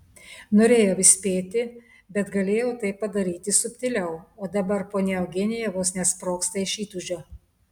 norėjau įspėti bet galėjau tai padaryti subtiliau o dabar ponia eugenija vos nesprogsta iš įtūžio